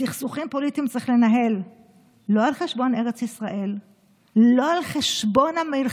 סכסוכים פוליטיים צריך לנהל לא על חשבון ארץ ישראל,